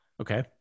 Okay